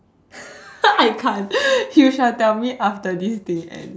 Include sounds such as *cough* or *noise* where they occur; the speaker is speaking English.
*laughs* I can't you shall tell me after this thing ends